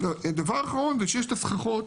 ודבר אחרון שיש את הסככות